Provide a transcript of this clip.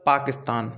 Pakistan